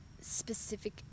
specific